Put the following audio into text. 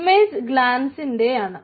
image ഗ്ലാൻസിന്റെയാണ്